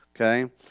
okay